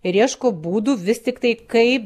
ir ieško būdų vis tiktai kaip